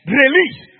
release